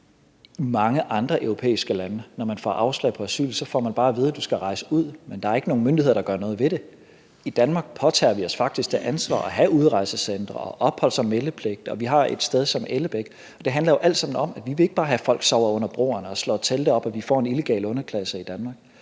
mange andre europæiske lande, får man, når man får afslag på asyl, bare at vide, at man skal rejse ud, men der er ikke nogen myndigheder, der gør noget ved det. I Danmark påtager vi os faktisk det ansvar at have udrejsecentre og opholds- og meldepligt, og vi har et sted som Ellebæk. Det handler jo alt sammen om, at vi ikke vil have, at folk bare sover under broerne og slår telte op, og at vi får en illegal underklasse i Danmark.